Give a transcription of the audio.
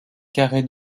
carrés